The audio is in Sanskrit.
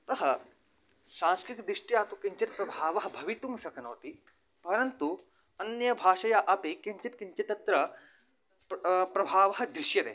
अतः सांस्कृतिकदृष्ट्या तु किञ्चित् प्रभावः भवितुं शक्नोति परन्तु अन्यभाषया अपि किञ्चित् किञ्चित् तत्र प्र् प्रभावः दृश्यते